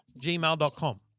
gmail.com